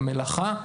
במלאכה,